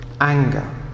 Anger